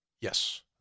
Yes